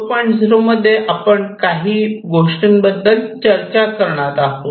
0 मध्ये आपण काही गोष्टींबद्दल चर्चा करणार आहोत